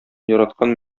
яраткан